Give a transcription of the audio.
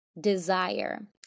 desire